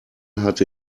hatte